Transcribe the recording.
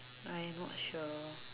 I'm not sure